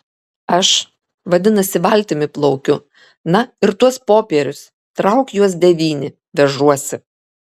aš vadinasi valtimi plaukiu na ir tuos popierius trauk juos devyni vežuosi